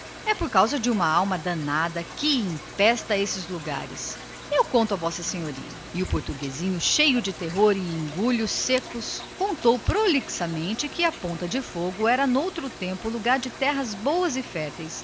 é por causa do diabo de uma alma danada que empesta essas paragens eu conto a v s a e o homenzinho engolindo em seco contou prolixamente que são brás ou ponta do fogo como dantes lhe chamavam fora noutro tempo lugar de terras boas e férteis